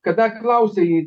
kada klausė jį